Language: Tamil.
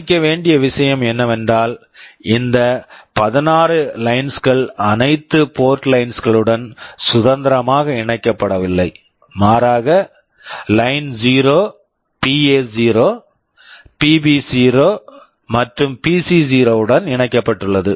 கவனிக்க வேண்டிய விஷயம் என்னவென்றால் இந்த 16 இன்டெரப்ட்ஸ் லைன்ஸ் interrupt lines கள் அனைத்து போர்ட் லைன்ஸ் port lines களுடன் சுதந்திரமாக இணைக்கப்படவில்லை மாறாக லைன்0 Line0 பிஎ0 PA0 பிபி0 PB0 மற்றும் பிசி0 PC0 உடன் இணைக்கப்பட்டுள்ளது